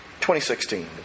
2016